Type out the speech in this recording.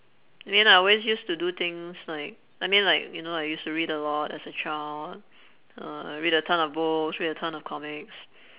I mean I always used to do things like I mean like you know I used to read a lot et cetera uh I read a ton of books read a ton of comics